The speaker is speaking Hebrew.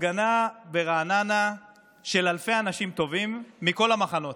הפגנה ברעננה של אלפי אנשים טובים מכל המחנות.